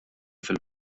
fil